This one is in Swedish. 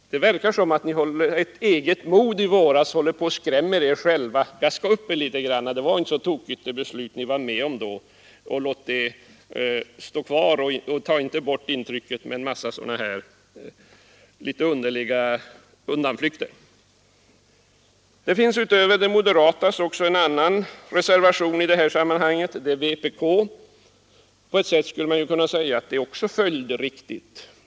Det verkar som om ert eget mod från i våras håller på att skrämma er. Jag skulle vilja säga: Gaska upp er! Det beslut ni var med om då var inte så tokigt. Låt det stå kvar, och ta inte bort intrycket med en mängd underliga undanflykter! Utöver de moderatas reservation finns det en annan reservation i detta sammanhang, nämligen en av vpk. På ett sätt skulle man kunna säga att det är följdriktigt.